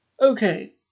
Okay